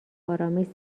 آرامش